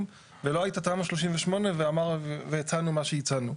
ולא הייתה תמ"א 38 והצענו מה שהצענו.